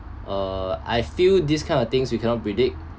uh I feel this kind of things we cannot predict